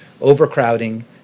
overcrowding